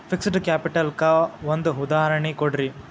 fixed capital ಕ್ಕ ಒಂದ್ ಉದಾಹರ್ಣಿ ಕೊಡ್ರಿ